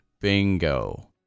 Bingo